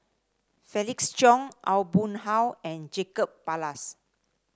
Felix Cheong Aw Boon Haw and Jacob Ballas